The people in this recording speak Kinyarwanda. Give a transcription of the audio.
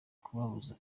kubabuza